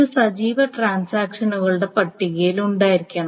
ഇത് സജീവ ട്രാൻസാക്ഷനുകളുടെ പട്ടികയിൽ ഉണ്ടായിരിക്കണം